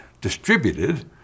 distributed